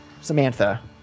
Samantha